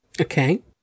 Okay